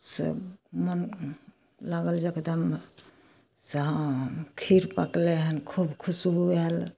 से मन लागल जेकि एगदम जे हँ खीर पकलै हन खूब खुशबू आयल